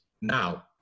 now